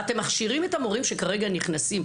אתם מכשירים את המורים שנכנסים כרגע?